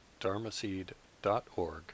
dharmaseed.org